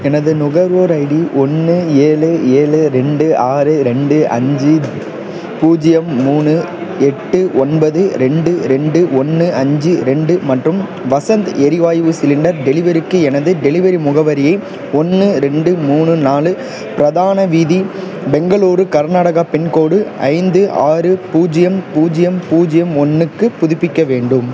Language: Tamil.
எனது நுகர்வோர் ஐடி ஒன்று ஏழு ஏழு ரெண்டு ஆறு ரெண்டு அஞ்சு பூஜ்ஜியம் மூணு எட்டு ஒன்பது ரெண்டு ரெண்டு ஒன்று அஞ்சு ரெண்டு மற்றும் வசந்த் எரிவாயு சிலிண்டர் டெலிவரிக்கு எனது டெலிவரி முகவரியை ஒன்று ரெண்டு மூணு நாலு பிரதான வீதி பெங்களூர் கர்நாடகா பின்கோடு ஐந்து ஆறு பூஜ்ஜியம் பூஜ்ஜியம் பூஜ்ஜியம் ஒன்றுக்கு புதுப்பிக்க வேண்டும்